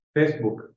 Facebook